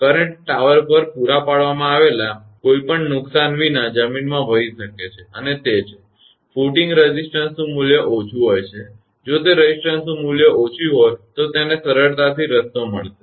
current એ tower પર પૂરા પાડવામાં આવેલ કોઈપણ નુકસાન વિના જમીનમાં વહી શકે છે અને તે છે ફુટિંગમાં રેઝિસ્ટન્સનું મૂલ્ય ઓછું હોય છે જો તે રેઝિસ્ટન્સનું મૂલ્ય ઓછું હોય તો તેને સરળ રસ્તો મળશે